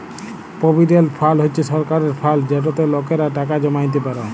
provident fund হছে সরকারের fund যেটতে লকেরা টাকা জমাইতে পারে